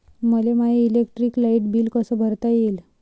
मले my electric light bill कस भरता येईल?